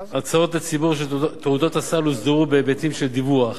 הצעות לציבור של תעודות סל הוסדרו בהיבטים של דיווח,